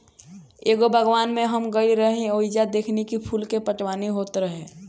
एगो बागवान में हम गइल रही ओइजा देखनी की फूल के पटवनी होत रहे